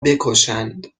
بکشند